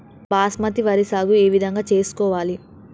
బాస్మతి వరి సాగు ఏ విధంగా చేసుకోవాలి?